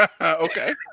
Okay